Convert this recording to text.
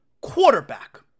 quarterback